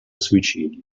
suicidio